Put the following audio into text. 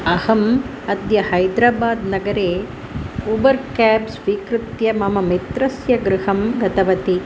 अहम् अद्य हैद्राबादनगरे उबर् काब् स्वीकृत्य मम मित्रस्य गृहं गतवती